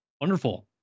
wonderful